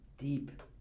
Deep